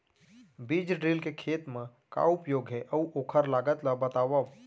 बीज ड्रिल के खेत मा का उपयोग हे, अऊ ओखर लागत ला बतावव?